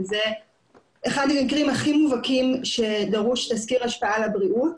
וזה אחד המקרים הכי מובהקים שדרוש תסקיר השפעה על הבריאות.